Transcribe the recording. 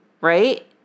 right